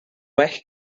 well